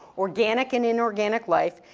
organic and inorganic life.